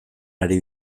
ari